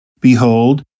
Behold